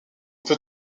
peut